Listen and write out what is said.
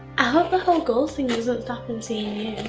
i hope the whole ghost thing doesn't stop him seeing